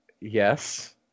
yes